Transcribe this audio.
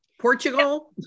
Portugal